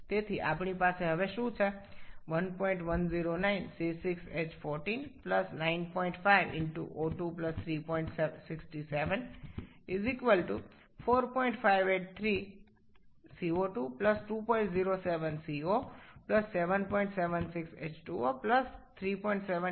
সুতরাং আমাদের এখন কি আছে 1109 C6H14 95 O2367 4583 CO2 2071 CO 7763 H2O 371 × 95 N2 আমরা কেবল সমস্যার বিবৃতিতে ফিরে গিয়ে কি কি অনুসন্ধান করছি যদি দেখি